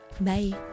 Bye